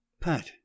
Pat